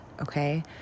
okay